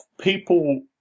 people